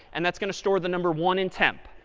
and that's going to store the number one in temp.